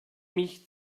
mich